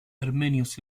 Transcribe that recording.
armenios